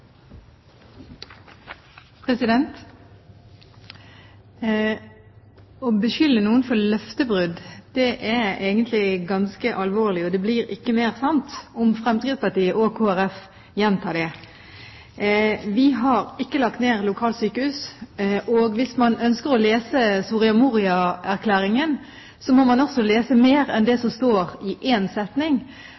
egentlig ganske alvorlig. Det blir ikke mer sant om Fremskrittspartiet og Kristelig Folkeparti gjentar det. Vi har ikke lagt ned lokalsykehus. Hvis man ønsker å lese Soria Moria-erklæringen, så må man også lese mer enn det